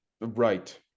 Right